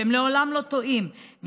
שהם לעולם לא טועים,